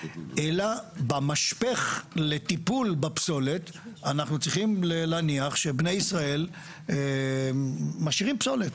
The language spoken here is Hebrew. אלא במשפך לטיפול בפסולת אנחנו צריכים להניח שבני ישראל משאירים פסולת,